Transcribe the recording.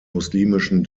muslimischen